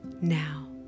Now